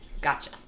Gotcha